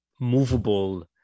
movable